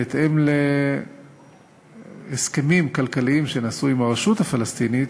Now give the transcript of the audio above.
בהתאם להסכמים כלכליים שנעשו עם הרשות הפלסטינית,